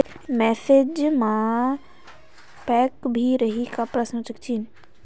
Recharge मा message pack भी रही का?